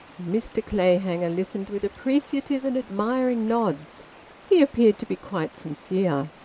mr clayhanger listened with appreciative and admiring nods he appeared to be quite sincere.